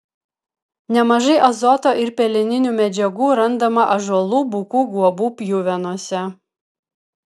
nemažai azoto ir peleninių medžiagų randama ąžuolų bukų guobų pjuvenose